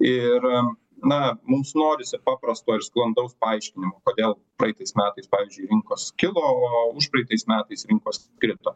ir na mums norisi paprasto ir sklandaus paaiškinimo kodėl praeitais metais pavyzdžiui rinkos kilo o užpraeitais metais rinkos krito